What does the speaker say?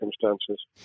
circumstances